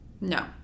No